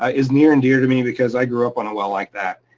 ah is near and dear to me because i grew up on a well like that.